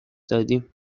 دادیم